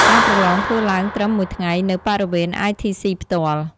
ការប្រឡងធ្វើឡើងត្រឹម មួយថ្ងៃ នៅ បរិវេណ ITC ផ្ទាល់ ។